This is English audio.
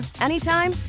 anytime